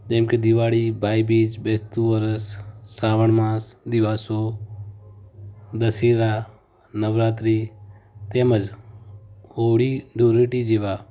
જેમકે દિવાળી ભાઈબીજ બેસતું વર્ષ શ્રાવણ માસ દિવાસો દશેરા નવરાત્રી તેમ જ હોળી ધૂળેટી જેવા